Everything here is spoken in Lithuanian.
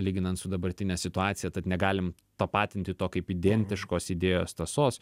lyginant su dabartine situacija tad negalim tapatinti to kaip identiškos idėjos tąsos